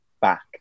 back